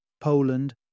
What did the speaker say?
Poland